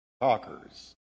talkers